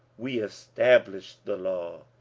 we establish the law.